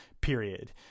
period